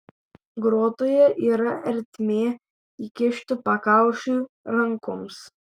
grotoje yra ertmė įkišti pakaušiui rankoms